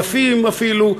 יפים אפילו,